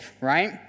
right